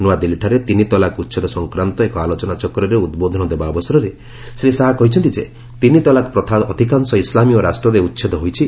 ନୂଆଦିଲ୍ଲୀଠାରେ ତିନି ତଲାକ ଉଚ୍ଛେଦ ସଂକ୍ରାନ୍ତ ଏକ ଆଲୋଚନାଚକ୍ରରେ ଉଦ୍ବୋଧନ ଦେବା ଅବସରରେ ଶ୍ରୀ ଶାହା କହିଛନ୍ତି ଯେ ତିନି ତଲାକ ପ୍ରଥା ଅଧିକାଂଶ ଇସ୍ଲାମୀୟ ରାଷ୍ଟ୍ରରେ ଉଚ୍ଛେଦ ହୋଇଛି